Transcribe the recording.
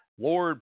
Lord